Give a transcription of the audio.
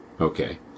Okay